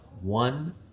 one